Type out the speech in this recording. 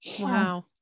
Wow